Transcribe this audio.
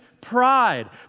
pride